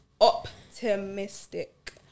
optimistic